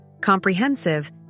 comprehensive